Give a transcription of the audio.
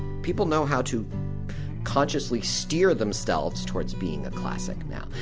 people know how to consciously steer themselves towards being a classic now.